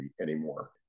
anymore